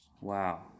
Wow